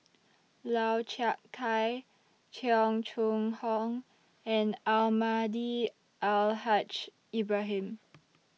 Lau Chiap Khai Cheong Choong Hong and Almahdi Al Haj Ibrahim